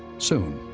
soon,